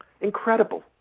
Incredible